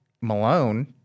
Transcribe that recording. Malone